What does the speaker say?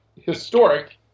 historic